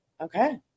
Okay